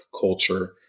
culture